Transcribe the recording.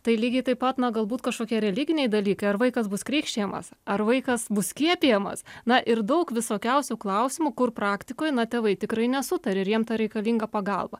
tai lygiai taip pat na galbūt kažkokie religiniai dalykai ar vaikas bus krikštijamas ar vaikas bus skiepijamas na ir daug visokiausių klausimų kur praktikoj na tėvai tikrai nesutaria ir jiem ta reikalinga pagalba